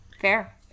Fair